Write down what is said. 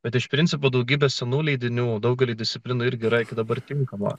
bet iš principo daugybė senų leidinių daugelį disciplinų irgi yra iki dabar tinkamo